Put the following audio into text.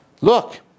look